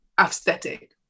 aesthetic